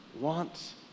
wants